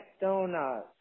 donuts